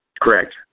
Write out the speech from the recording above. Correct